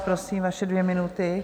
Prosím, vaše dvě minuty.